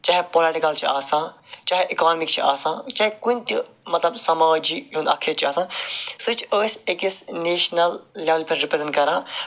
چاہے پوٚلِٹِکَل چھِ آسان چاہے اِکانمِک چھِ آسان چاہے کُنہِ تہِ مطلب سماجی ہُند اَکھ حصہٕ چھِ آسان سُہ چھِ أسۍ أکِس نیشنَل لٮ۪ولہِ پٮ۪ٹھ رِپرٛٮ۪زٮ۪نٛٹ کران